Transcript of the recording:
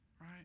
Right